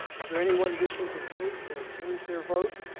is there anyone wishing to vote or change their vote?